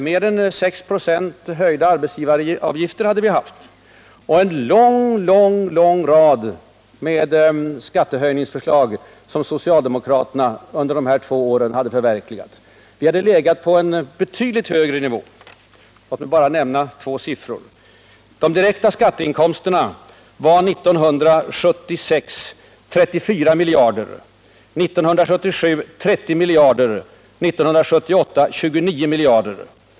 Mer än 6 96 höjda arbetsgivaravgifter hade vi haft och en lång, lång, lång rad med skattehöjningsförslag som socialdemokraterna under de här två åren hade förverkligat. Vi hade legat på en betydligt högre nivå i så fall. Jag vill bara nämna två siffror. De direkta skatteinkomsterna var år 1976 i runt tal 34 miljarder och år 1977 30 miljarder, och år 1978 var de 29 miljarder.